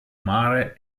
mare